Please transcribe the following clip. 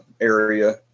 area